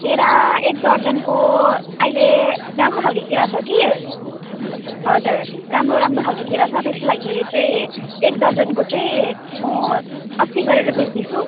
केरा एक दर्जनको अहिले राम्रो खाल्के केरा छ कि हजुर राम्रो राम्रो खाल्के केरा छ त्यसको लागि चाहिँ एक दर्जनको चाहिँ म असी गरेर बेच्दै छु